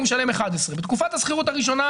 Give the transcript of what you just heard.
הוא משלם 11. בתקופת השכירות הראשונה,